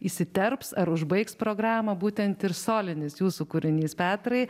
įsiterps ar užbaigs programą būtent ir solinis jūsų kūrinys petrai